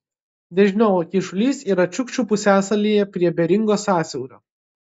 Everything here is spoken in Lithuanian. dežniovo kyšulys yra čiukčių pusiasalyje prie beringo sąsiaurio